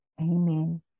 Amen